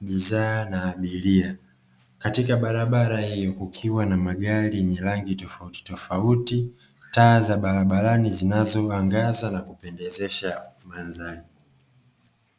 bidhaa na abiria. Katika barabara hiyo kukiwa na magari yenye rangi tofautitofauti, taa za barabarani zinazoangaza na kupendezesha mandhari.